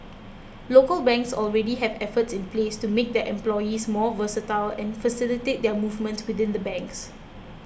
local banks already have efforts in place to make their employees more versatile and facilitate their movements within the banks